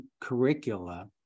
curricula